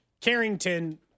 Carrington